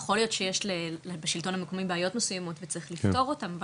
יכול להיות שיש לשלטון המקומי בעיות מסוימות וצריך לפתור אותם,